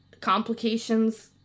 complications